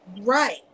right